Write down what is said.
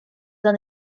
dan